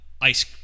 ice